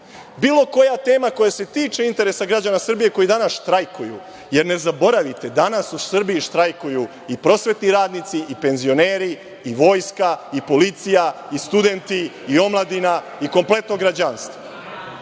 životna tema koja se tiče interesa građana Srbije koji danas štrajkuju. Jer, ne zaboravite danas u Srbiji štrajkuju i prosvetni radnici i penzioneri i vojska i policija i studenti i omladina i kompletno građanstvo. Na